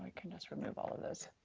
can just remove all of this.